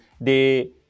They-